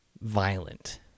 Violent